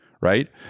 right